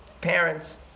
parents